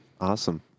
Awesome